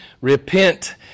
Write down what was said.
Repent